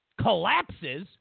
collapses